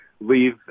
leave